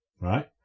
right